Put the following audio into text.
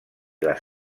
les